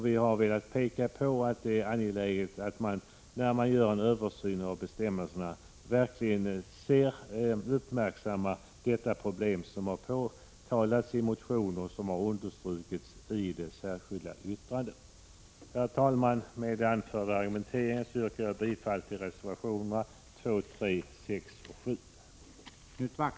Vi har velat peka på att det när man gör en översyn av bestämmelserna är angeläget att man verkligen uppmärksammar det problem som påtalats i motioner och som understrukits i det särskilda yttrandet. Herr talman! Jag ber att få yrka bifall till reservationerna 2, 3, 6 och 7.